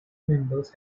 members